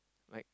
like